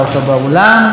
נא להתארגן.